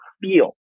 feel